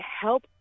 help